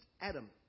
Adam